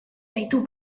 baitu